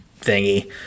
thingy